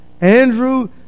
Andrew